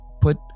put